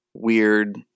weird